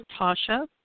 Tasha